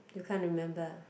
you can't remember